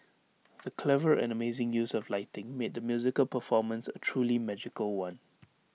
the clever and amazing use of lighting made the musical performance A truly magical one